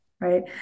Right